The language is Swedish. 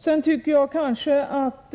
Sedan måste man väl helt